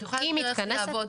את יכולה להסביר איך זה יעבוד?